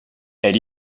elle